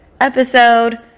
episode